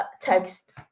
text